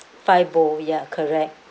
five bowl ya correct